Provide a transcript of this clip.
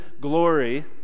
glory